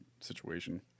situation